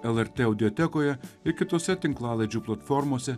lrt audiotekoje ir kitose tinklalaidžių platformose